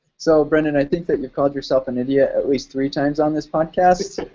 so, brendan, i think that you've called yourself an idiot at least three times on this podcast.